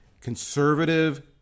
conservative